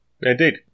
Indeed